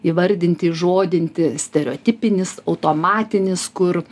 įvardinti įžodinti stereotipinis automatinis kur